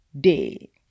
day